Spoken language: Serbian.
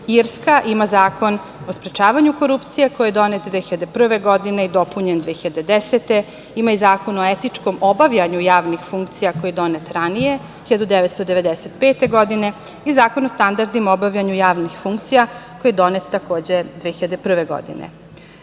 Irska ima Zakon o sprečavanju korupcije, koji je donet 2001. godine i dopunjen 2010. godine. Imaju Zakon o etičkom obavljanju javnih funkcija, koji je donet ranije, 1995. godine i Zakon o standardima u obavljanju javnih funkcija, koji je donet takođe 2001.